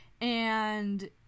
and-